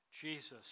Jesus